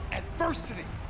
adversity